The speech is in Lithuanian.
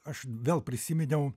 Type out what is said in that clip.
aš vėl prisiminiau